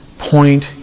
point